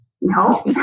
No